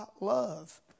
love